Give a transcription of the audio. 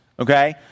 Okay